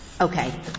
Okay